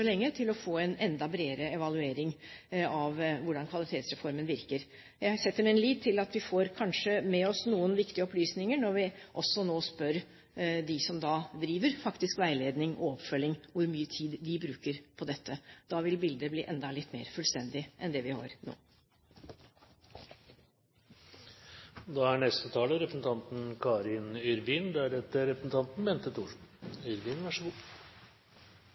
lenge til å få en enda bredere evaluering av hvordan Kvalitetsreformen virker. Jeg setter min lit til at vi kanskje får med oss noen viktige opplysninger når vi nå også spør dem som faktisk driver veiledning og oppfølging, om hvor mye tid de bruker på dette. Da vil bildet bli enda litt mer fullstendig enn det det er nå.